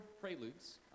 preludes